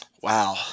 Wow